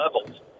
levels